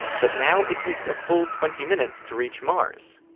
but now it takes a full twenty minutes to reach mars.